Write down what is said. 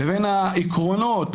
לבין העקרונות,